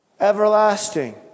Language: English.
Everlasting